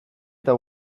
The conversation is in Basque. eta